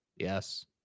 Yes